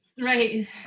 Right